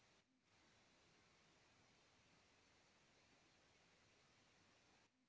एपर बियाज थोड़ा कम लगला